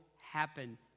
happen